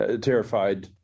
terrified